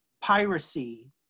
piracy